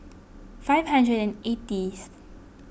five hundred and eightieth